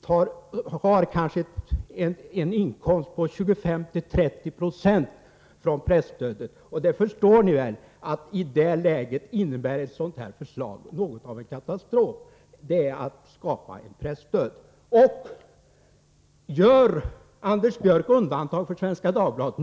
De förstnämnda tidningarna får kanske så mycket som 25-30 96 av sina inkomster från presstödet. Då förstår man väl att det här förslaget innebär något av en katastrof. Det är att skapa en pressdöd. Gör Anders Björck undantag för Svenska Dagbladet?